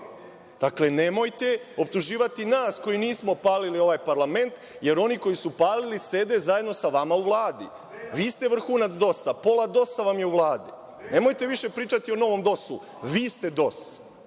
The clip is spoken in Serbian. Dakle, nemojte optuživati nas, koji nismo palili ovaj parlament, jer oni koji su palili sede zajedno sa vama u Vladi. Vi ste vrhunac DOS-a, pola DOS-a vam je u vladi. Nemojte više pričati o novom DOS-u, vi ste DOS.